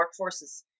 workforces